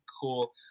cool